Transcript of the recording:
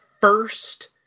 first